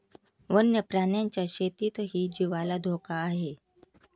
वन्य प्राण्यांच्या शेतीतही जीवाला धोका आहे